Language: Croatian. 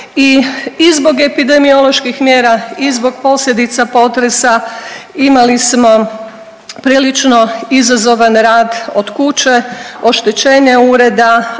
i zbog epidemioloških mjera i zbog posljedica potresa imali smo prilično izazovan rad od kuće, oštećenje ureda,